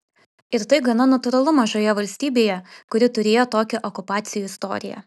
ir tai gana natūralu mažoje valstybėje kuri turėjo tokią okupacijų istoriją